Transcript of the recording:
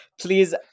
Please